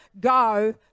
Go